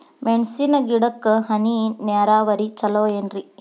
ಮೆಣಸಿನ ಗಿಡಕ್ಕ ಹನಿ ನೇರಾವರಿ ಛಲೋ ಏನ್ರಿ?